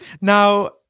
Now